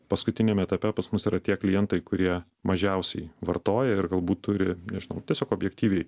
paskutiniame etape pas mus yra tie klientai kurie mažiausiai vartoja ir galbūt turi nežinau tiesiog objektyviai